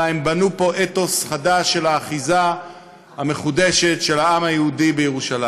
אלא הן בנו פה אתוס חדש של האחיזה המחודשת של העם היהודי בירושלים.